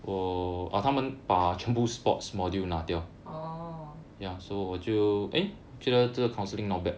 orh